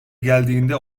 geldiğinde